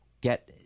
get